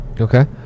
Okay